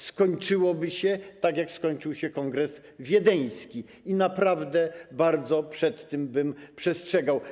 Skończyłoby się tak, jak skończył się kongres wiedeński, i naprawdę bardzo bym przed tym przestrzegał.